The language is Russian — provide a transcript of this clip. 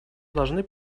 должны